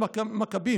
למכבים